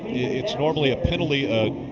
it's probably a penalty a